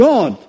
God